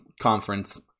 conference